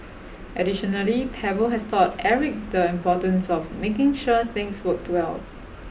additionally Pebble has taught Eric the importance of making sure things worked well